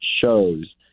shows